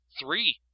Three